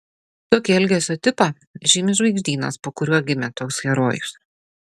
tokį elgesio tipą žymi žvaigždynas po kuriuo gimė toks herojus